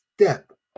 step